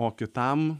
o kitam